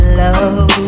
love